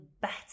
better